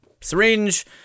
syringe